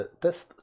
test